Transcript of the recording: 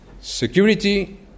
Security